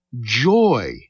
joy